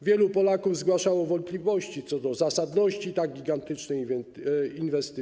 Wielu Polaków zgłaszało wątpliwości co do zasadności tak gigantycznej inwestycji.